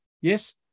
Yes